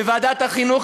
בוועדת החינוך.